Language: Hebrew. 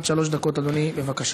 עד שלוש דקות, אדוני, בבקשה.